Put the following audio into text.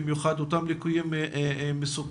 במיוחד אותם ליקויים מסוכנים.